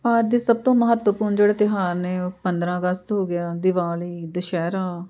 ਭਾਰਤ ਦੇ ਸਭ ਤੋਂ ਮਹੱਤਵਪੂਰਨ ਜਿਹੜੇ ਤਿਉਹਾਰ ਨੇ ਪੰਦਰਾਂ ਅਗਸਤ ਹੋ ਗਿਆ ਦਿਵਾਲੀ ਦੁਸ਼ਹਿਰਾ